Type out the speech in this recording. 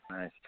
Nice